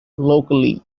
locally